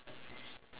ya